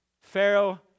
Pharaoh